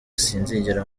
sinzigera